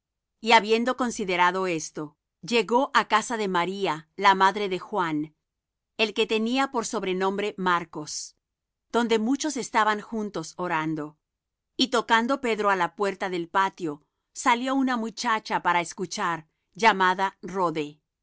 y habiendo considerado esto llegó á casa de maría la madre de juan el que tenía por sobrenombre marcos donde muchos estaban juntos orando y tocando pedro á la puerta del patio salió una muchacha para escuchar llamada rhode